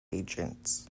agents